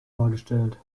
dargestellt